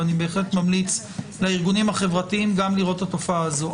ואני בהחלט ממליץ לארגונים החברתיים גם לראות את התופעה הזאת.